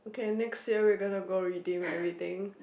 okay next year we gonna go redeem everything